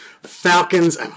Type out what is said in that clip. Falcons